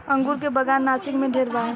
अंगूर के बागान नासिक में ढेरे बा